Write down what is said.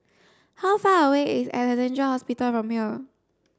how far away is Alexandra Hospital from here